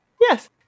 Yes